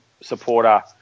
supporter